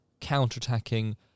counter-attacking